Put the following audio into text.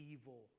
evil